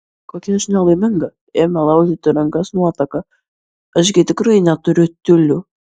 kokia aš nelaiminga ėmė laužyti rankas nuotaka aš gi tikrai neturiu tiulių